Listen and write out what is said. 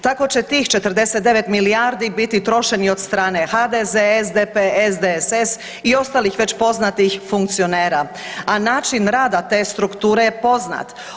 Tako će tih 99 milijardi biti trošeni od strane HDZ, SDP, SDSS i ostalih već poznatih funkcionera, a način rada te strukture je poznat.